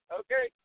okay